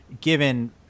Given